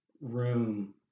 room